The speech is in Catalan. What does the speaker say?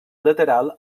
lateral